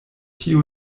tio